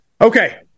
Okay